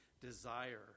desire